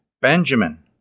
Benjamin